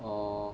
orh